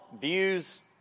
views